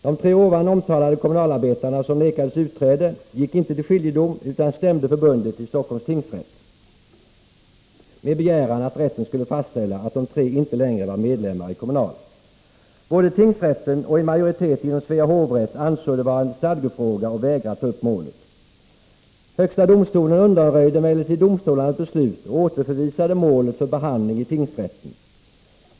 De tre omtalade kommunalarbetare som vägrades utträde gick inte till skiljedom utan stämde förbundet till Stockholms tingsrätt med begäran att rätten skulle fastställa att de tre inte längre var medlemmar i Kommunal. Både tingsrätten och en majoritet inom Svea hovrätt ansåg ärendet vara en stadgefråga och vägrade ta upp målet. Högsta domstolen undanröjde emellertid domstolarnas beslut och återförvisade målet för behandling i tingsrätten.